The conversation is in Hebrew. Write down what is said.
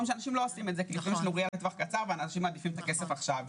שאנשים לא עושים את זה כי אנשים מעדיפים את הכסף עכשיו.